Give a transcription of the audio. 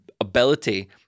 ability